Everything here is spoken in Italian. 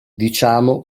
diciamo